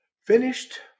finished